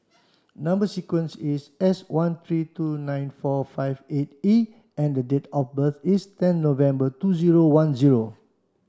number sequence is S one three two nine four five eight E and the date of birth is ten November two zero one zero